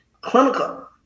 clinical